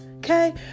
Okay